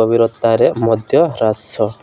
ଗଭୀରତାରେ ମଧ୍ୟ ହ୍ରାସ